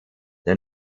der